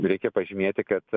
reikia pažymėti kad